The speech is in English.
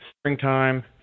springtime